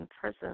prison